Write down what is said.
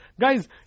guys